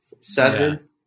Seven